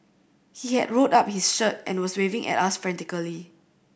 he had rolled up his shirt and was waving at us frantically